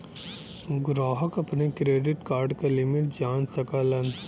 ग्राहक अपने credit card क लिमिट जान सकलन